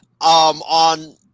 on